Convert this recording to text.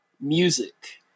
music